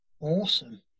Awesome